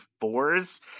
fours